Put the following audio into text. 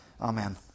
Amen